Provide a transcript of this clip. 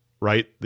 right